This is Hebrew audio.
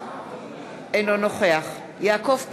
אינו נוכח יעקב פרי,